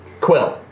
Quill